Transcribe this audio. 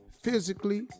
physically